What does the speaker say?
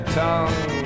tongue